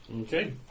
Okay